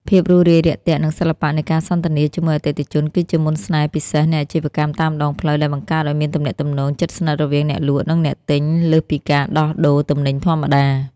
ភាពរួសរាយរាក់ទាក់ និងសិល្បៈនៃការសន្ទនាជាមួយអតិថិជន គឺជាមន្តស្នេហ៍ពិសេសនៃអាជីវកម្មតាមដងផ្លូវ ដែលបង្កើតឱ្យមានទំនាក់ទំនងជិតស្និទ្ធរវាងអ្នកលក់ និងអ្នកទិញលើសពីការដោះដូរទំនិញធម្មតា។